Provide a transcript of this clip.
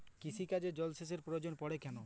কৃষিকাজে জলসেচের প্রয়োজন পড়ে কেন?